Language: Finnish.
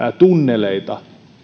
tunneleita